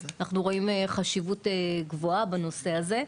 אנחנו רואים חשיבות גבוהה בנושא הזה,